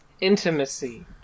intimacy